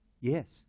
Yes